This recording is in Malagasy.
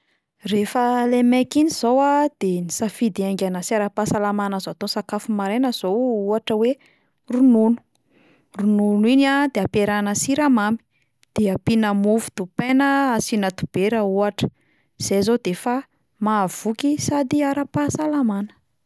Rehefa ilay maika iny izao a, de ny safidy haingana sy ara-pahasalamana azo atao sakafo maraina izao ohatra hoe ronono, ronono iny a de ampiarahana siramamy, de ampiana mofo dipaina asiana dibera ohatra, zay izao de efa mahavoky sy ara-pahasalamana.